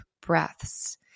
breaths